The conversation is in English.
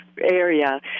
area